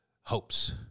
hopes